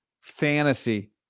fantasy